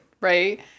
right